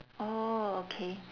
orh okay